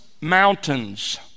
Mountains